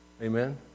Amen